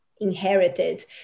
inherited